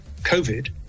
COVID